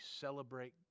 celebrate